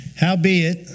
Howbeit